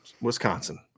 Wisconsin